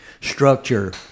structure